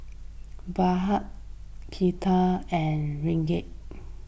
Baht Kyat and Ringgit